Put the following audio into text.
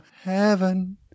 heaven